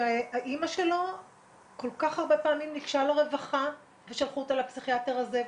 שאימא שלו כל כך הרבה פעמים ניגשה לרווחה ושלחו אותה לפסיכיאטר הזה,